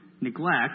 neglect